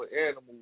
animals